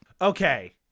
Okay